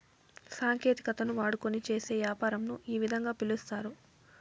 సాంకేతికతను వాడుకొని చేసే యాపారంను ఈ విధంగా పిలుస్తారు